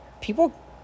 people